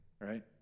right